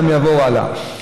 זה גם יעבור הלאה,